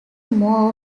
more